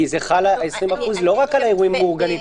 כי 20% חל לא רק על האירועים המאורגנים,